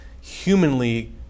humanly